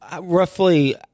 Roughly